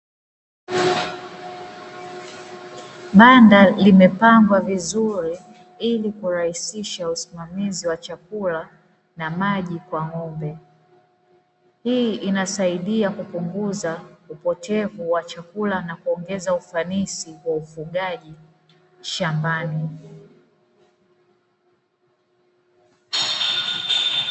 Banda limepambwa vizuri ili kurahisisha usimamizi wa chakula na maji kwa ng'ombe. Hii inasaidia kupunguza upotevu wa chakula na kuongeza ufanisi wa ufugaji shambani.